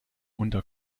unter